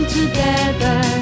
together